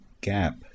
gap